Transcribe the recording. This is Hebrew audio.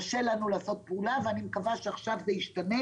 קשה לנו לעשות פעולה ואני מקווה שעכשיו זה ישתנה